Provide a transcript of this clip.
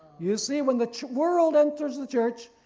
you see when the world enters the church,